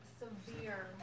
severe